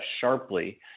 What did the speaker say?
sharply